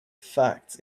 fact